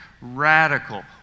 radical